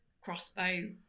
crossbow